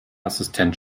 assistent